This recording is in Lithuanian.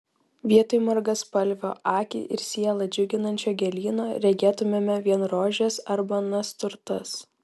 vietoj margaspalvio akį ir sielą džiuginančio gėlyno regėtumėme vien rožes arba nasturtas